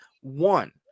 one